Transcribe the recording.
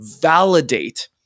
validate